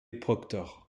proctor